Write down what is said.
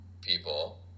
people